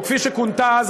או כפי שכונתה אז,